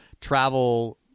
travel